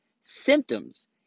symptoms